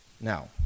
Now